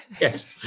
Yes